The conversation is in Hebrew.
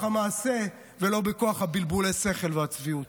המעשה ולא בכוח בלבולי השכל והצביעות.